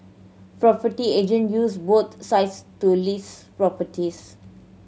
property agent use both sites to list properties